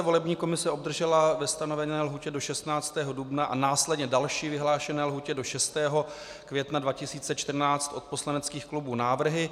Volební komise obdržela ve stanovené lhůtě do 16. dubna a následně další vyhlášené lhůty do 6. května 2014 od poslaneckých klubů návrhy.